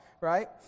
right